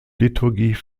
liturgie